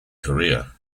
career